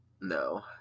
No